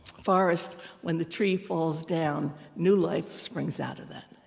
forest when the tree falls down, new life springs out of that.